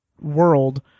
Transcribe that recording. world